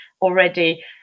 already